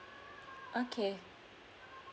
okay